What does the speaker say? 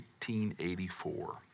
1884